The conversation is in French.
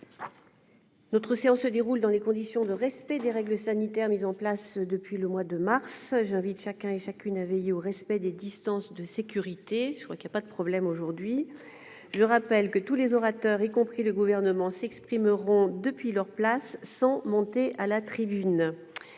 notre séance se déroule dans les conditions de respect des règles sanitaires mises en place depuis le mois de mars dernier. J'invite chacune et chacun à veiller au respect des distances de sécurité- je pense qu'il n'y aura pas de problème aujourd'hui ... Tous les orateurs, y compris les membres du Gouvernement, s'exprimeront depuis leur place, sans monter à la tribune.